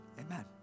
amen